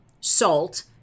salt